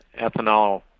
ethanol